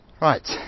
Right